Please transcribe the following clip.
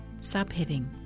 Subheading